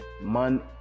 man